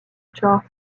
chart